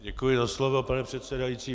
Děkuji za slovo, pane předsedající.